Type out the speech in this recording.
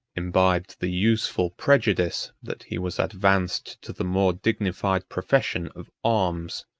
imbibed the useful prejudice that he was advanced to the more dignified profession of arms,